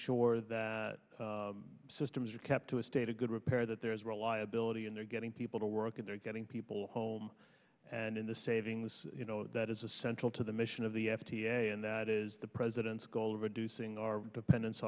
sure that systems are kept to a state a good repair that there is reliability and they're getting people to work and they're getting people home and in the savings you know that is essential to the mission of the f d a and that is the president's goal of reducing our dependence